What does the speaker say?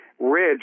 ridge